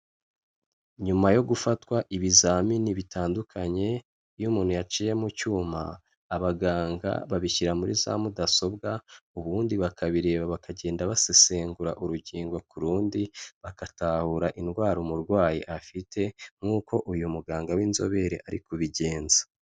Nyuma yo gufatwa ibizamini bitandukanye, iyo umuntu yaciye mu cyuma, abaganga babishyira muri za mudasobwa, ubundi bakabireba bakagenda basesengura urukingo ku rundi, bagatahura indwara umurwayi afite, nk'uko uyu muganga w'inzobere ari kubigenza.